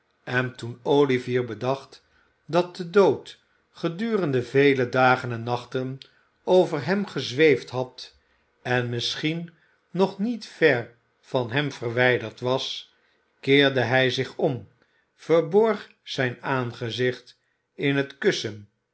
en toen olivier bedacht dat de dood gedurende vele dagen en nachten over hem gezweefd had en misschien nog niet ver van hem verwijderd was keerde hij zich om verborg zijn aangezicht in het kussen